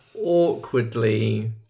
awkwardly